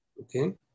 Okay